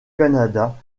canada